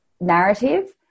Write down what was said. narrative